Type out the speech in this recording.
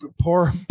Poor